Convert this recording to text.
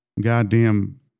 goddamn